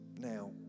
Now